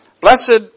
Blessed